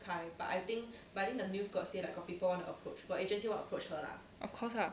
of course lah